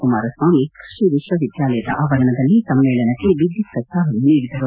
ಕುಮಾರಸ್ವಾಮಿ ಕ್ಬಡಿ ವಿಶ್ವ ವಿದ್ಯಾಲಯದ ಆವರಣದಲ್ಲಿ ಸಮ್ಮೇಳನಕ್ಕೆ ವಿದ್ಯುಕ್ತ ಚಾಲನೆ ನೀಡಿದರು